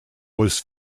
was